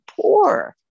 poor